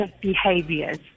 behaviors